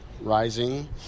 rising